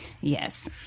Yes